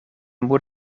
moet